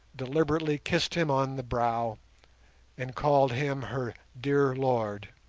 deliberately kissed him on the brow and called him her dear lord.